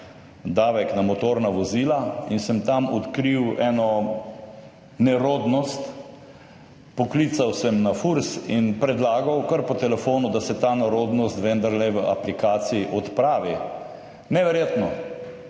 davek na motorna vozila in sem tam odkril eno nerodnost. Poklical sem na FURS in predlagal, kar po telefonu, da se ta nerodnost v aplikaciji vendarle odpravi. Neverjetno,